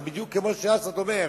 זה בדיוק כמו שאסד אומר,